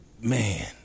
Man